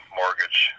mortgage